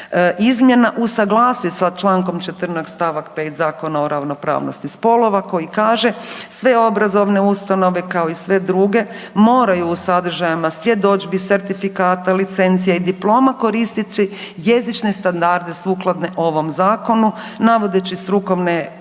izmjena usuglasi sa čl. 14. st. 5. Zakona o ravnopravnosti spolova koji kaže, sve obrazovane ustanove kao i sve druge moraju u sadržajima svjedodžbi, certifikata, licencija i diploma koristeći jezične standarde sukladno ovom zakonu navodeći strukovne kvalifikacije,